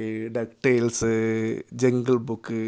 ഈ Duck Tales Jungle book